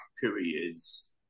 periods